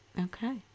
Okay